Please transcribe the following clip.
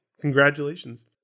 Congratulations